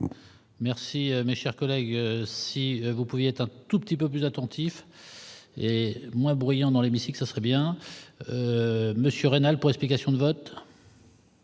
Merci, mes chers collègues, si vous pouvez être un tout petit peu plus attentif. Et moins bruyant dans l'hémicycle, ce serait bien monsieur presque question de vote.